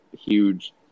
huge